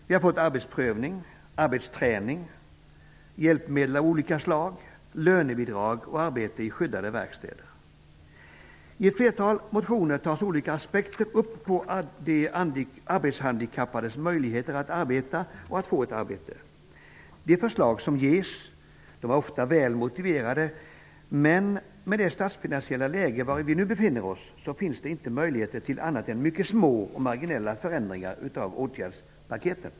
Vi har arbetsprövning, arbetsträning, hjälpmedel, lönebidrag och arbete i skyddade verkstäder. I ett flertal motioner tas olika aspekter upp på de arbetshandikappades möjligheter att arbeta och att få ett arbete. De förslag som ges är ofta välmotiverade. Men med det statsfinansiella läge som vi nu befinner oss i finns det inte möjligheter till annat än mycket små marginella förändringar av åtgärdspaketet.